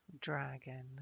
dragon